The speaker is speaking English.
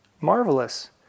Marvelous